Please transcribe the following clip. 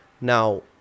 Now